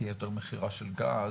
שתהיה יותר מכירה של גז